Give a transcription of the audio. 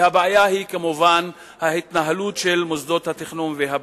והבעיה היא כמובן ההתנהלות של מוסדות התכנון והבנייה.